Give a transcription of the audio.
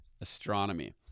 astronomy